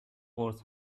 قرص